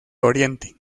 oriente